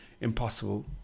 impossible